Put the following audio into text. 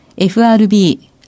FRB